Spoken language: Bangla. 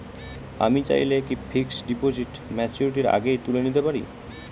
আমি চাইলে কি ফিক্সড ডিপোজিট ম্যাচুরিটির আগেই তুলে নিতে পারি?